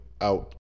out